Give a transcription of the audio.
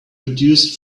produced